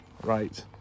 Right